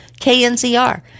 KNZR